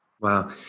Wow